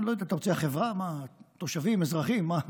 אתה רוצה "החברה", "תושבים", "אזרחים", מה?